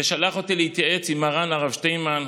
ושלח אותי להתייעץ עם מרן הרב שטיינמן,